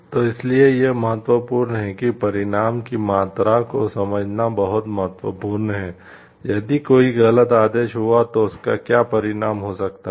तो इसीलिए यह महत्वपूर्ण है कि परिणाम की मात्रा को समझना बहुत महत्वपूर्ण है यदि कोई गलत आदेश हुआ तो उसका क्या परिणाम हो सकता हैं